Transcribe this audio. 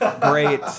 great